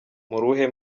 muruhe